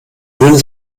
würden